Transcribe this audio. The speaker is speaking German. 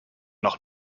noch